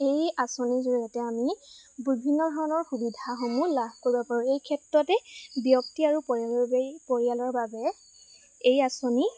এই আঁচনিৰ জৰিয়তে আমি বিভিন্ন ধৰণৰ সুবিধাসমূহ লাভ কৰিব পাৰোঁ এই ক্ষেত্ৰতে ব্যক্তি আৰু পৰিয়ালৰ বাবে ই পৰিয়ালৰ বাবে এই আঁচনি